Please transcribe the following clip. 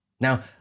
Now